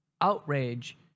outrage